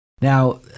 Now